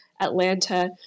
Atlanta